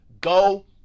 go